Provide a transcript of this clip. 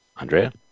Andrea